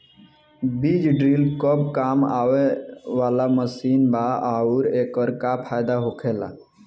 बीज ड्रील कब काम आवे वाला मशीन बा आऊर एकर का फायदा होखेला?